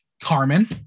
Carmen